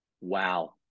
wow